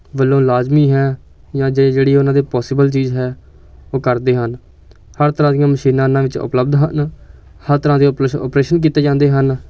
ਵੱਲੋਂ ਲਾਜ਼ਮੀ ਹੈ ਜਾਂ ਜੇ ਜਿਹੜੀ ਉਹਨਾਂ ਦੇ ਪੋਸੀਬਲ ਚੀਜ਼ ਹੈ ਉਹ ਕਰਦੇ ਹਨ ਹਰ ਤਰ੍ਹਾਂ ਦੀਆਂ ਮਸ਼ੀਨਾਂ ਇਹਨਾਂ ਵਿੱਚ ਉਪਲੱਬਧ ਹਨ ਹਰ ਤਰ੍ਹਾਂ ਦੇ ਆਪਰੇ ਆਪਰੇਸ਼ਨ ਕੀਤੇ ਜਾਂਦੇ ਹਨ